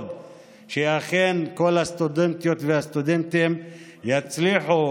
שאכן כל הסטודנטיות והסטודנטים יצליחו,